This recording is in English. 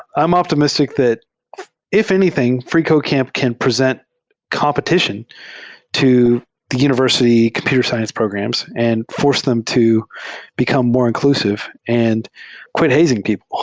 i'm optimistic that if anything, freecodecamp can present competition to the univers ity computer science programs and force them to become more inclusive and quit hazing people.